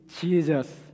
Jesus